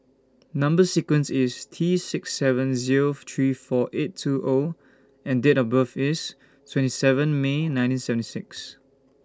Number sequence IS T six seven Zero three four eight two O and Date of birth IS twenty seven May nineteen seven six